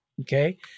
Okay